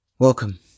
Welcome